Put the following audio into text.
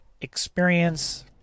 experience